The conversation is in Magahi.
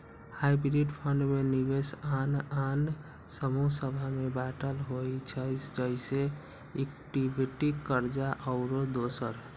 हाइब्रिड फंड में निवेश आन आन समूह सभ में बाटल होइ छइ जइसे इक्विटी, कर्जा आउरो दोसर